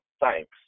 thanks